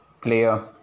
player